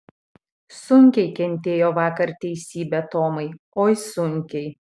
sunkiai kentėjo vakar teisybė tomai oi sunkiai